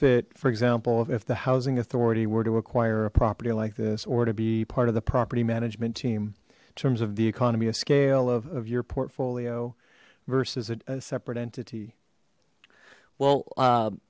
fit for example if the housing authority were to acquire a property like this or to be part of the property management team in terms of the economy of scale of your portfolio versus a separate entity well